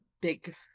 big